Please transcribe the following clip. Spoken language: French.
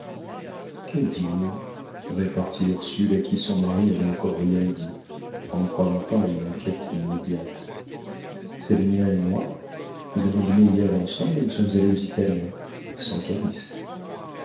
dîner repartit ursule à qui son mari n'avait encore rien dit en ne croyant pas à une enquête immédiate savinien et moi nous avons dîné hier ensemble et nous sommes allés aux italiens sans calyste